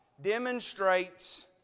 demonstrates